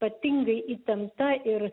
ypatingai įtempta ir